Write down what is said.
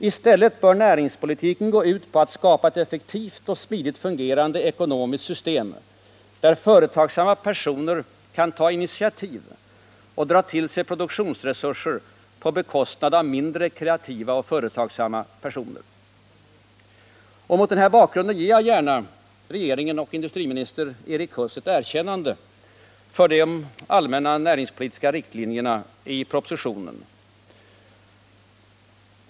I stället bör näringspolitiken gå ut på att skapa ett effektivt och smidigt fungerande ekonomiskt system, där företagsamma personer kan ta initiativ och dra till sig produktionsresurser på bekostnad av mindre kreativa och företagsamma personer.” Mot den här bakgrunden ger jag gärna regeringen och industriminister Erik Huss ett erkännande för de allmänna näringspolitiska riktlinjerna i propositionen.